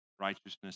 righteousness